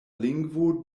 lingvo